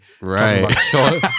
Right